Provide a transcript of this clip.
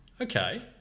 Okay